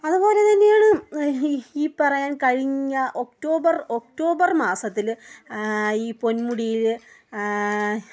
അതുപോലെ തന്നെയാണ് ഈ ഈ പറയാൻ കഴിഞ്ഞ ഒക്ടോബർ ഒക്റ്റോബർ മാസത്തിൽ ഈ പൊന്മുടിയിൽ